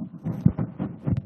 בבקשה.